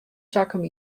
takom